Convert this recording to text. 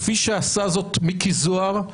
כפי שעשה זאת מיקי זוהר,